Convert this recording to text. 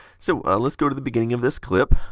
so, lets go to the beginning of this clip.